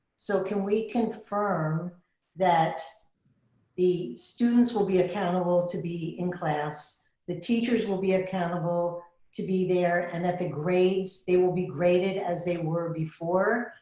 so can we confirm that the students will be accountable to be in class? the teachers will be accountable to be there and that the grades, they will be graded as they were before.